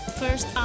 first